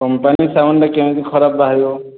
company ସାବୁନ୍ଟା କେମିତି ଖରାପ ବାହାରିବ